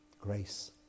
Grace